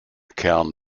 kern